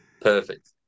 Perfect